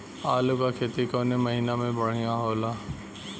आलू क खेती कवने महीना में बढ़ियां होला?